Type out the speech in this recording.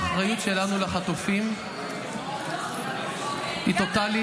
המחויבות שלנו והאחריות שלנו לחטופים היא טוטלית.